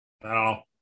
No